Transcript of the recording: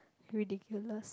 ridiculous